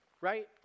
right